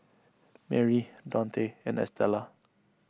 Merri Daunte and Estella